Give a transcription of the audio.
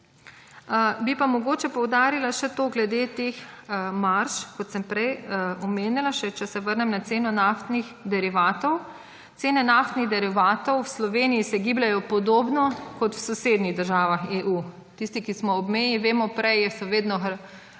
Bi pa mogoče poudarila še to glede teh marž, kot sem prej omenila, če se vrnem na ceno naftnih derivatov. Cene naftnih derivatov v Sloveniji se gibljejo podobno kot v sosednjih državah EU. Tisti, ki smo ob meji, vemo, da so prej naši